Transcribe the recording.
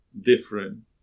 different